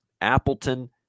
Appleton